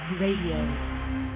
Radio